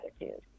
attitude